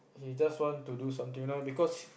he just want to do something now because